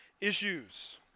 issues